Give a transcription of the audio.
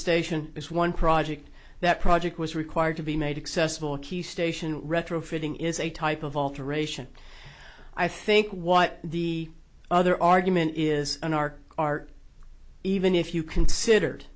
station is one project that project was required to be made accessible a key station retrofitting is a type of alteration i think what the other argument is an art art even if you considered